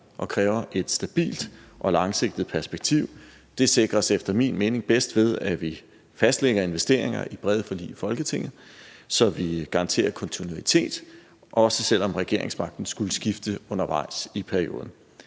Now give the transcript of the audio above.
og kræver et stabilt og langsigtet perspektiv. Det sikres efter min mening bedst, ved at vi fastlægger investeringer i brede forlig i Folketinget, så vi garanterer kontinuitet, også selv om regeringsmagten skulle skifte undervejs i perioden.